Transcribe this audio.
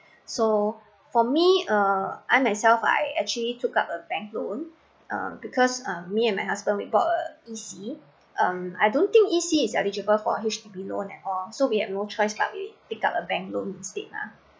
so for me uh I myself I actually took up a bank loan uh because uh me and my husband we bought a E_C um I don't think E_C is eligible for H_D_B loan at all so we have no choice but we picked up a bank loan instead lah